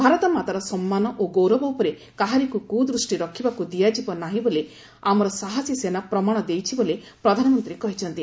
ଭାରତମାତାର ସମ୍ମାନ ଓ ଗୌରବ ଉପରେ କାହାରିକୁ କୁଦୃଷ୍ଟି ରଖିବାକୁ ଦିଆଯିବ ନାହିଁ ବୋଲି ଆମର ସାହସୀ ସେନା ପ୍ରମାଣ ଦେଇଛି ବୋଲି ପ୍ରଧାନମନ୍ତ୍ରୀ କହିଛନ୍ତି